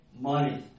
money